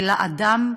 ולאדם,